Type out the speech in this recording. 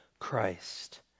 christ